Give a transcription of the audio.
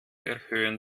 erhöhen